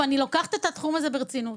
ואני לוקחת את התחום הזה ברצינות.